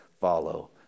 follow